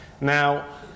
Now